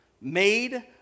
made